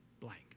blank